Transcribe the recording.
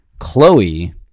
Chloe